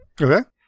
Okay